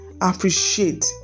appreciate